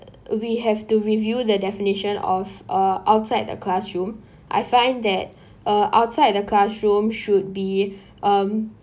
we have to review the definition of uh outside the classroom I find that uh outside the classroom should be um